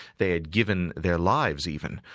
they had given their lives even,